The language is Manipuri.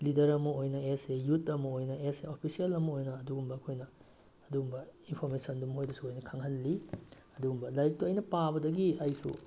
ꯂꯤꯗ꯭ꯔ ꯑꯃ ꯑꯣꯏꯅ ꯑꯦꯁ ꯑꯦ ꯌꯨꯠ ꯑꯃ ꯑꯣꯏꯅ ꯑꯦꯁ ꯑꯦ ꯑꯣꯐꯤꯁꯦꯜ ꯑꯃ ꯑꯣꯏꯅ ꯑꯗꯨꯒꯨꯝꯕ ꯑꯩꯈꯣꯏꯅ ꯑꯗꯨꯝꯕ ꯏꯟꯐꯣꯔꯃꯦꯁꯟꯗꯨ ꯃꯈꯣꯗꯁꯨ ꯑꯩꯅ ꯈꯪꯍꯜꯂꯤ ꯑꯗꯨꯒꯨꯝꯕ ꯂꯥꯏꯔꯤꯛꯇꯣ ꯑꯩꯅ ꯄꯥꯕꯗꯒꯤ ꯑꯩꯁꯨ